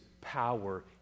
power